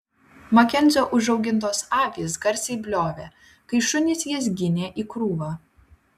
makenzio užaugintos avys garsiai bliovė kai šunys jas ginė į krūvą